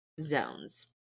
zones